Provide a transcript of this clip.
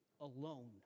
alone